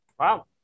Wow